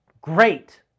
great